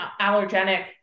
allergenic